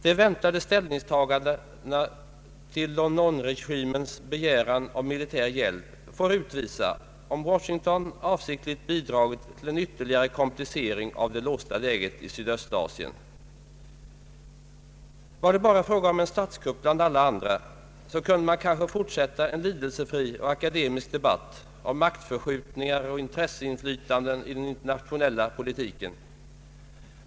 De väntade ställningstagandena till Lon Nol-regimens begäran om militär hjälp får utvisa om Washington avsiktligt bidragit till en ytterligare komplicering av det låsta läget i Sydöstasien. Var det bara fråga om en statskupp bland alla de andra, så kunde man kanske fortsätta en lidelsefri och akademisk debatt om maktförskjutningar och intresseinflytanden i den internationella politiken.